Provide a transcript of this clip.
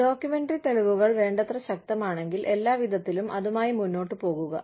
documentary തെളിവുകൾ വേണ്ടത്ര ശക്തമാണെങ്കിൽ എല്ലാ വിധത്തിലും അതുമായി മുന്നോട്ട് പോകുക